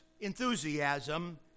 enthusiasm